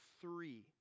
three